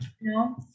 No